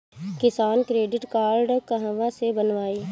किसान credit card कहवा से बनवाई?